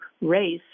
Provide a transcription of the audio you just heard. race